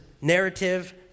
narrative